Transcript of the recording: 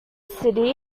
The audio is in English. city